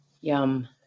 Yum